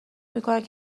میکنند